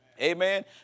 Amen